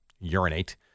urinate